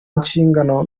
inshingano